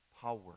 power